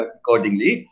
accordingly